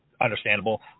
understandable